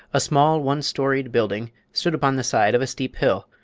a small, one-storied building, stood upon the side of a steep hill,